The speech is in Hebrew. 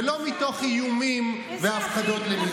ולא מתוך איומים והפחדות למיניהם.